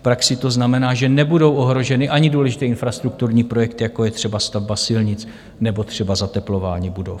V praxi to znamená, že nebudou ohroženy ani důležité infrastrukturní projekty, jako je třeba stavba silnic nebo třeba zateplování budov.